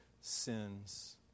sins